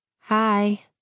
Hi